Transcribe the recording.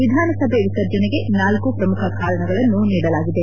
ವಿಧಾನಸಭೆ ವಿಸರ್ಜನೆಗೆ ನಾಲ್ಕು ಪ್ರಮುಖ ಕಾರಣಗಳನ್ನು ನೀಡಲಾಗಿದೆ